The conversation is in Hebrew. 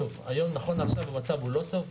נכון לעכשיו, המצב הוא לא טוב.